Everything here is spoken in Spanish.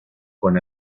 con